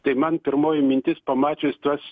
tai man pirmoji mintis pamačius tuos